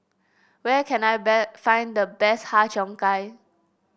where can I find the best Har Cheong Gai